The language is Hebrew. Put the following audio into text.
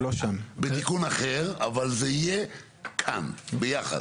בתיקון אחר, אבל זה יהיה כאן, ביחד.